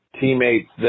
teammates